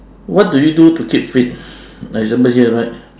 what do you do to keep fit like example here right